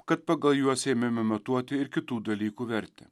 kad pagal juos ėmėme matuoti ir kitų dalykų vertę